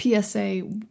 PSA